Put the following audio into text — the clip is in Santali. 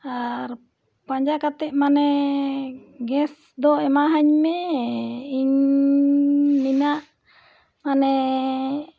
ᱟᱨ ᱯᱟᱸᱡᱟ ᱠᱟᱛᱮᱫ ᱢᱟᱱᱮ ᱜᱮᱥ ᱫᱚ ᱮᱢᱟᱣᱟᱹᱧ ᱢᱮ ᱤᱧᱟᱹᱜ ᱢᱟᱱᱮ